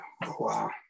wow